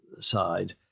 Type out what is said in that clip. side